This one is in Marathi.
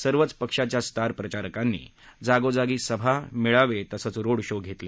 सर्वच पक्षांच्या स्टार प्रचारकांनी जागोजागी सभा मेळावे तसंच रोड शो घेतले